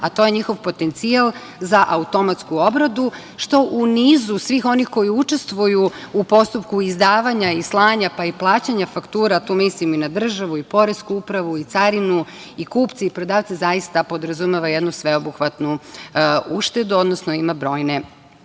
a to je njihov potencijal za automatsku obradu, što u nizu svih onih koji učestvuju u postupku izdavanja i slanja, pa i plaćanja faktura, tu mislim i na državu i na poresku upravu i carinu i kupce i prodavce, zaista podrazumeva jednu sveobuhvatnu uštedu, odnosno ima brojne